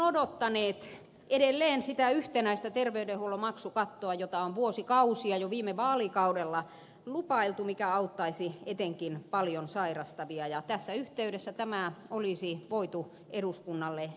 olemmekin odottaneet edelleen sitä yhtenäistä terveydenhuollon maksukattoa jota on vuosikausia jo viime vaalikaudella lupailtu mikä auttaisi etenkin paljon sairastavia ja tässä yhteydessä tämä olisi voitu eduskunnalle esitellä